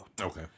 okay